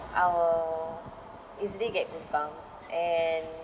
I will easily get goosebumps and